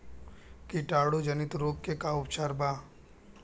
कीटाणु जनित रोग के का उपचार बा?